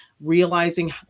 realizing